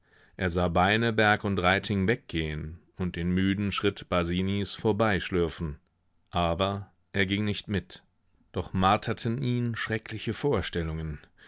er sah beineberg und reiting weggehen und den müden schritt basinis vorbeischlürfen aber er ging nicht mit doch marterten ihn schreckliche vorstellungen